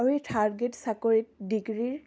আৰু এই third grade চাকৰিত ডিগ্ৰীৰ